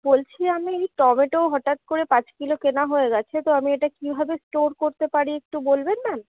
বলছি আমি টমেটো হঠাৎ করে পাঁচ কিলো কেনা হয়ে গেছে তো আমি এটা কীভাবে স্টোর করতে পারি একটু বলবেন ম্যাম